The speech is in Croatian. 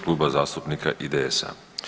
Kluba zastupnika IDS-a.